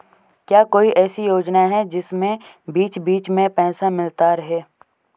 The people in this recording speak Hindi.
क्या कोई ऐसी योजना है जिसमें बीच बीच में पैसा मिलता रहे?